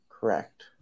correct